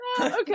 okay